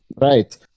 right